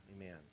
Amen